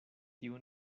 tiu